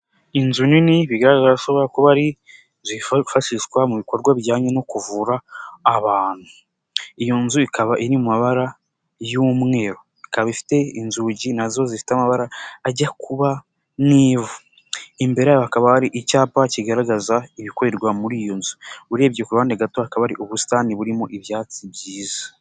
Inzu nini bigaragara ko ishobora kuba ari izifafashishwa mu bikorwa bijyanye no kuvura abantu iyo nzu ikaba iri mu mabara y'umweru ikaba ifite inzugi nazo zifite amabara ajya kuba nk' ivu imbere yayo hakaba ari icyapa kigaragaza ibikorerwa muri iyo nzu urebye ku ruhande gato hakaba ari ubusitani burimo ibyatsi byiza.